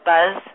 Buzz